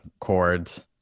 chords